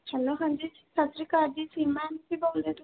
hello ਹਾਂਜੀ ਸਤਿ ਸ਼੍ਰੀ ਅਕਾਲ ਜੀ ਸੀਮਾ ਜੀ ਬੋਲਦੇ ਤੁਸੀਂ